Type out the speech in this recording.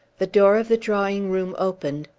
the door of the drawing-room opened,